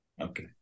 Okay